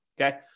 Okay